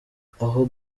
aho